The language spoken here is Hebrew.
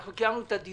זה מה שאני חושב